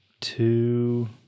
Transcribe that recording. two